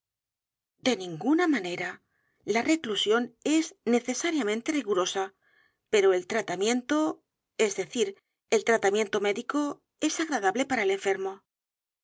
de ninguna manera la reclusión es necesariamente rigurosa pero el tratamiento es decir el tratamiento médico es agradable para el enfermo